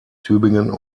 tübingen